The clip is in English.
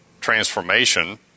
Transformation